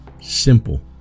Simple